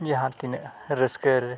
ᱡᱟᱦᱟᱸ ᱛᱤᱱᱟᱹᱜ ᱨᱟᱹᱥᱠᱟᱹ ᱨᱮ